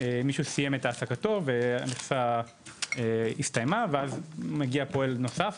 מישהו סיים את העסקתו ואז מגיע פועל נוסף.